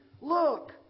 look